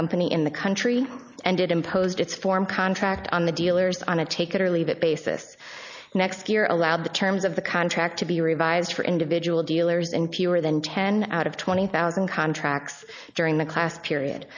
company in the country and it imposed its form contract on the dealers on a take it or leave it basis next year allow the terms of the contract to be revised for individual dealers and fewer than ten out of twenty thousand contracts during the class period